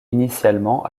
initialement